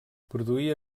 produïa